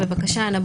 בבקשה אנה,